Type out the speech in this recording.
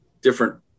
different